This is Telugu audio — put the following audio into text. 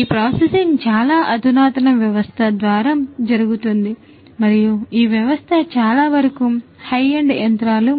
ఈ ప్రాసెసింగ్ చాలా అధునాతన వ్యవస్థ ద్వారా జరుగుతుంది మరియు ఈ వ్యవస్థ చాలావరకు హై ఎండ్ యంత్రాలు